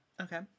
Okay